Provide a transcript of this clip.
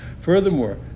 Furthermore